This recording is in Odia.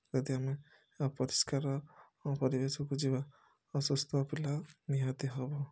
ଯଦି ଆମେ ଅପରିଷ୍କାର ପରିବେଶକୁ ଯିବା ଅସୁସ୍ଥ ପିଲା ନିହାତି ହେବ